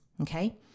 Okay